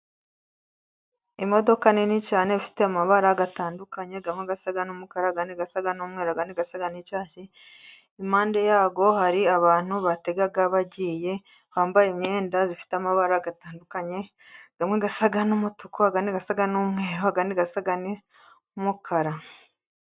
Imodoka nini cyane ifite amabara atandukanye amwe asa n'umukara, andi asa n'umweru, andi asa n'icyatsi. Impande yayo hari abantu batega bagiye bambaye imyenda ifite amabara atandukanye, amwe asa n'umutuku, andi asa n'umweru, andi asa n'umukara.